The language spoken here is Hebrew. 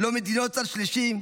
לא מדינות צד שלישי,